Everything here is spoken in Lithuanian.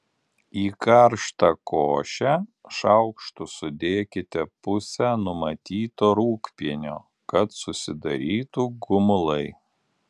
į karštą košę šaukštu sudėkite pusę numatyto rūgpienio kad susidarytų gumulai